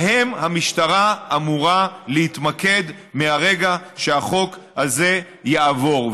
בהם המשטרה אמורה להתמקד מהרגע שהחוק הזה יעבור.